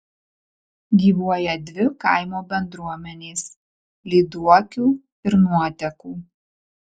gyvuoja dvi kaimo bendruomenės lyduokių ir nuotekų